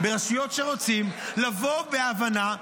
ברשויות שרוצות לבוא בהבנה,